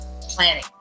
planning